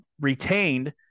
retained